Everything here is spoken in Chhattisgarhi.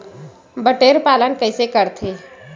बटेर पालन कइसे करथे?